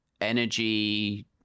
energy